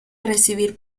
recibir